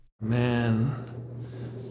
Man